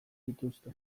dituzte